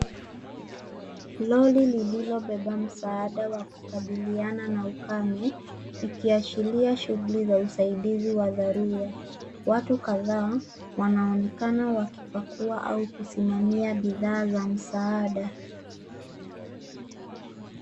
Lori lililo beba msaada wa kukabiliana na ukame, ikiashiria shughuli za usaidizi wa dharura. Watu kadhaa wanaonekana wakipakua au kusimamia bidhaa za msaada.